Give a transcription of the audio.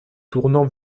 tournant